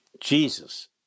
Jesus